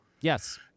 Yes